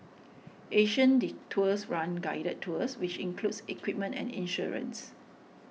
Asian Detours runs guided tours which includes equipment and insurance